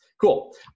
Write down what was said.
Cool